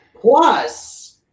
Plus